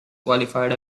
qualified